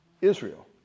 Israel